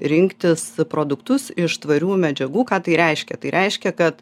rinktis produktus iš tvarių medžiagų ką tai reiškia tai reiškia kad